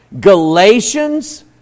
Galatians